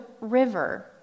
river